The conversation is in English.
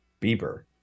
Bieber